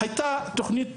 הייתה תוכנית